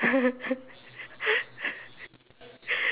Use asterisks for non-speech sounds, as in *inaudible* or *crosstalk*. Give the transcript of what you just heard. *laughs*